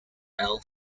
elle